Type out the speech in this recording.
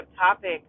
topic